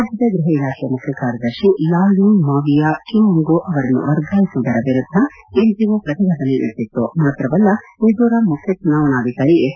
ರಾಜ್ಯದ ಗೃಪ ಇಲಾಖೆಯ ಮುಖ್ಯಕಾರ್ಯದರ್ಶಿ ಲಾಲ್ನೂನ್ಮಾವಿಯ ಚುಡಿಂಗೊ ಅವರನ್ನು ವರ್ಗಾಯಿಸಿರುವುದರ ವಿರುದ್ದ ಎನ್ಜೆಓ ಪ್ರತಿಭಟನೆ ನಡೆಸಿತ್ತು ಮಾತ್ರವಲ್ಲ ಮಿಜೋರಾಮ್ ಮುಖ್ಯ ಚುನಾವಣಾಧಿಕಾರಿ ಎಸ್